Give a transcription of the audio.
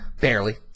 Barely